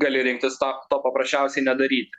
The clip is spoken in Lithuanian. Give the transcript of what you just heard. gali rinktis to to paprasčiausiai nedaryt